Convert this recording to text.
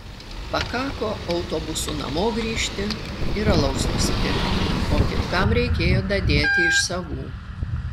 pakako autobusu namo grįžti ir alaus nusipirkti o kitkam reikėjo dadėti iš savų